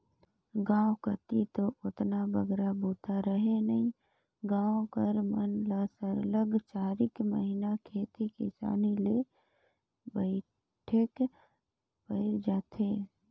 गाँव कती दो ओतना बगरा बूता रहें नई गाँव कर मन ल सरलग चारिक महिना खेती किसानी ले पइठेक पइर जाथे